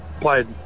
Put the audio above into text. played